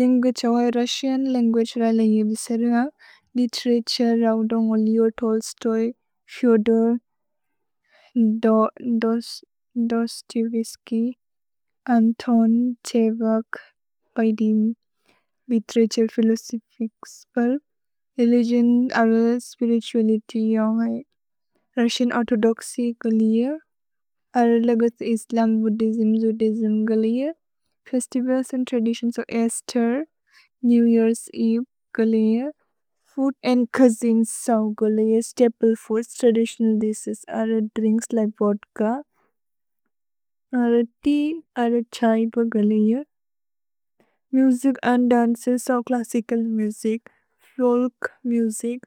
Language अवज् Russian, language र लेहिये विसरिन। लितेरतुरे र उदोन्गोलिओ Tolstoy, Fyodor Dostoevsky, Anton Chekhov, पैदिम्। Literature, philosophy, religion, spirituality, Russian Orthodoxy, Islam, Buddhism, Judaism, festivals and traditions of Easter, New Year's Eve, food and cuisine, staple foods, traditional dishes, drinks like vodka. Music and dances of classical music, folk music,